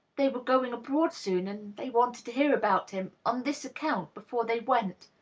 they were going abroad soon, and they wanted to hear about him, on this account, before they went.